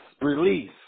release